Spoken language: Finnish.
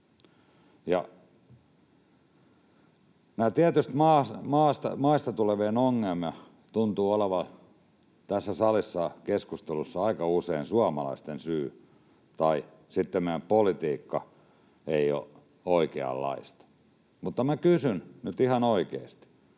Näiden tietyistä maista tulevien ongelmat tuntuvat olevan tässä salissa keskustelussa aika usein suomalaisten syy, tai sitten meidän politiikka ei ole oikeanlaista. Kysyn nyt ihan oikeasti: